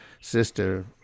sister